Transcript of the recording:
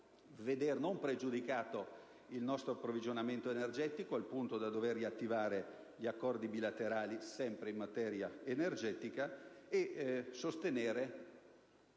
pregiudicato il nostro approvvigionamento energetico al punto da dover riattivare gli accordi bilaterali, sempre in materia energetica. Infine,